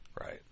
Right